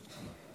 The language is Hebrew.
שר הביטחון.